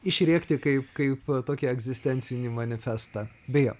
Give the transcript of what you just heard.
išrėkti kaip kaip tokį egzistencinį manifestą beje